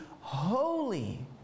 holy